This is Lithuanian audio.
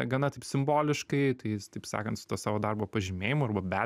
gana taip simboliškai tai jis taip sakant su tuo savo darbo pažymėjimu arba be